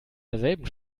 derselben